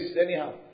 anyhow